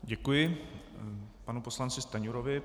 Děkuji panu poslanci Stanjurovi.